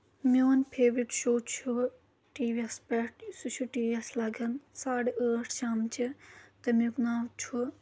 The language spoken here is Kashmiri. میون فیورِٹ شو چھُ ٹی وی یَس پؠٹھ سُہ چھُ ٹی وی یَس لگان ساڑٕ ٲٹھ شام چہِ تمیُک ناو چھُ